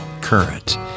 current